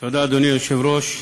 אדוני היושב-ראש,